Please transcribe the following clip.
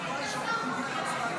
חברי השר, מה קרה?